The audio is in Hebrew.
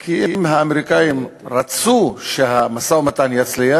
כי אם האמריקנים היו רוצים שהמשא-ומתן יצליח,